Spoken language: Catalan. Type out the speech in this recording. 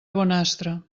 bonastre